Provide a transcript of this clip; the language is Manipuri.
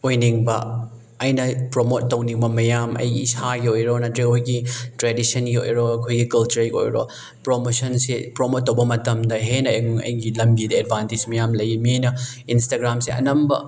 ꯑꯣꯏꯅꯤꯡꯕ ꯑꯩꯅ ꯄ꯭ꯔꯣꯃꯣꯠ ꯇꯧꯅꯤꯡꯕ ꯃꯌꯥꯝ ꯑꯩꯒꯤ ꯏꯁꯥꯒꯤ ꯑꯣꯏꯔꯣ ꯅꯠꯇ꯭ꯔ ꯑꯩꯈꯣꯏꯒꯤ ꯇ꯭ꯔꯦꯗꯤꯁꯟꯒꯤ ꯑꯣꯏꯔꯣ ꯑꯩꯈꯣꯏꯒꯤ ꯀꯜꯆꯔꯒꯤ ꯑꯣꯏꯔꯣ ꯄ꯭ꯔꯣꯃꯦꯁꯟꯁꯤ ꯄ꯭ꯔꯣꯃꯣꯠ ꯇꯧꯕ ꯃꯇꯝꯗ ꯍꯦꯟꯅ ꯑꯩꯒꯤ ꯂꯝꯕꯤꯗ ꯑꯦꯠꯕꯥꯟꯇꯦꯖ ꯃꯌꯥꯝ ꯂꯩꯌꯦ ꯃꯤꯅ ꯏꯟꯁꯇꯥꯒ꯭ꯔꯥꯝꯁꯦ ꯑꯅꯝꯕ